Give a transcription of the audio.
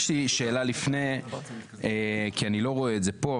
יש לי שאלה לפני כי אני לא רואה את זה פה,